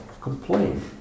complain